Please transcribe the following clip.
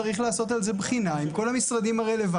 צריך לעשות על זה בחינה עם כל המשרדים הרלוונטיים,